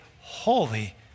holy